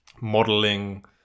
modeling